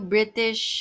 British